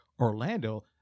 Orlando